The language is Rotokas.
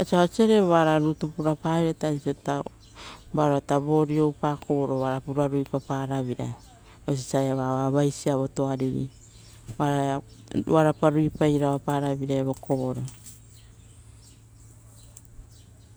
esi osare vara rutu purapaveiraita varao ita moni oupa kovoro vara pura ruipaparaveira oiso osa eva oa vaisavo tuariri, oaraia ruipairao parave-ira.